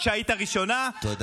לא לא לא.